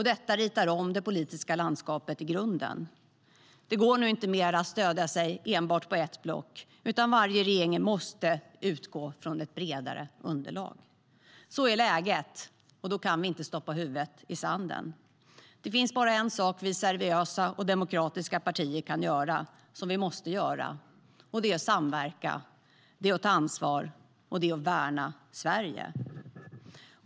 Detta ritar om det politiska landskapet i grunden. Det går numera inte att stödja sig på enbart ett block, utan varje regering måste utgå från ett bredare underlag. Så är läget, och då kan vi inte att stoppa huvudet i sanden. Det finns bara en sak som vi seriösa och demokratiska partier kan och måste göra, och det är att samverka, att ta ansvar och att värna Sverige.